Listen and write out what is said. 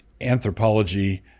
anthropology